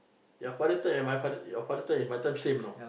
your father time and my father your father time and my time same you know